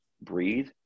breathe